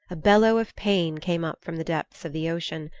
a bellow of pain came up from the depths of the ocean,